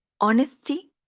honesty